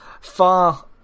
far